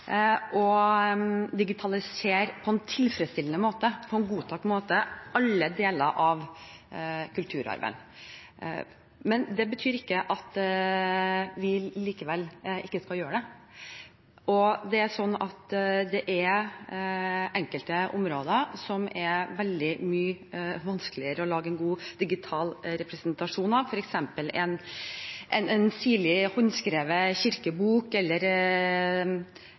betyr ikke at vi ikke skal gjøre det likevel, og det er enkelte områder det er veldig mye vanskeligere å lage en god digital representasjon av, f.eks. en sirlig håndskrevet kirkebok